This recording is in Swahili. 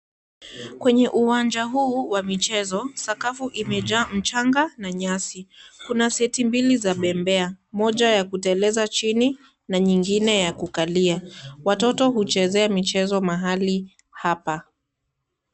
Kwenye uwanja huu wa michezo , sakafu imejaa mchanga na nyasi . Kuna seti mbili za bembea moja ya kuteleza chini na nyingine ya kukalia. Watoto huchezea michezo mhali hapa.